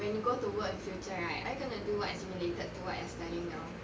when you go to work in future right are you gonna do what is related to what you are studying now